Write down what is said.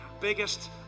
biggest